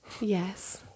Yes